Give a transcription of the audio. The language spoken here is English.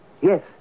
Yes